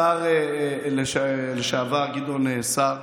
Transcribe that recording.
השר לשעבר גדעון סער,